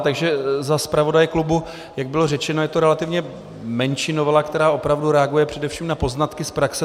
Takže za zpravodaje klubu, Jak bylo řečeno, je to relativně menší novela, která opravdu reaguje především na poznatky z praxe.